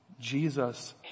Jesus